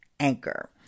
Anchor